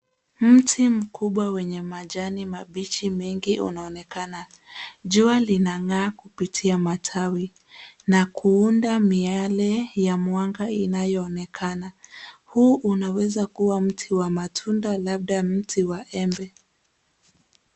Mti mkubwa wenye majani mabichi mengi unaonekana. Jua linang'aa kupitia matawi na kuunda miale ya mwanga inayonekana. Huu unaweza kuwa mti wa matunda labda mti wa embe.